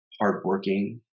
hardworking